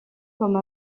comme